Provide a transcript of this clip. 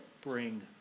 bring